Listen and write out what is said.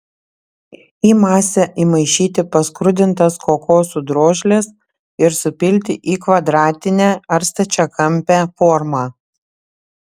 į masę įmaišyti paskrudintas kokosų drožles ir supilti į kvadratinę ar stačiakampę formą